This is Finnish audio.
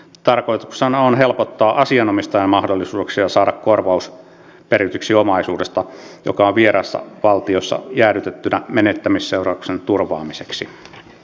tarkoituksena on helpottaa asianomistajan mahdollisuuksia saada korvaus perityksi omaisuudesta joka on vieraassa valtiossa jäädytettynä menettämisseuraamuksen turvaamiseksi